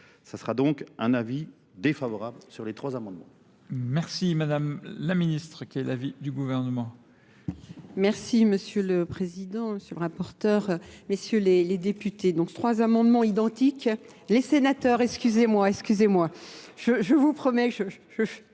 Ce sera donc un avis défavorable sur les trois amendements.